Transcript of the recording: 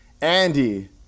Andy